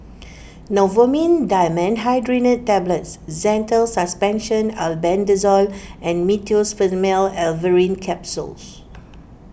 Novomin Dimenhydrinate Tablets Zental Suspension Albendazole and Meteospasmyl Alverine Capsules